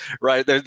right